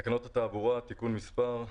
תקנות התעבורה (תיקון מס'...),